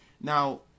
Now